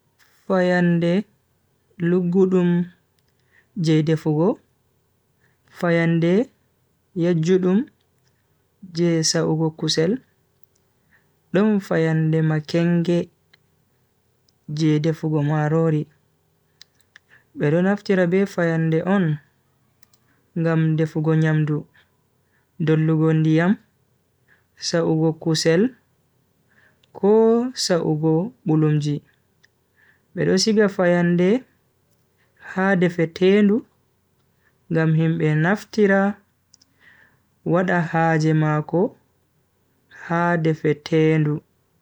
Fayande luggudum Je defugo, fayande yajjudum je sa'ugo kusel. don fayande makenge je defugo marori. bedo naftira be fayande on ngam defugo nyamdu, dollugo ndiyam, sa'ugo kusel ko sa'ugo bulumji. be do siga fayande a defetendu ngam himbe naftira wada haaje mako ha defetendu.